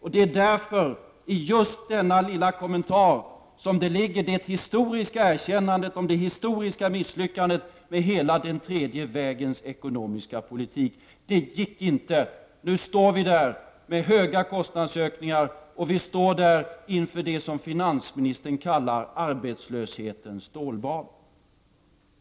I den lilla kommentaren från statsministern ligger därför det historiska erkännandet om det historiska misslyckandet med den tredje vägens ekonomiska politik. Det gick inte. Nu står vi där med stora kostnadsökningar, och vi står inför det som finansministern kallar arbetslöshetens stålbad.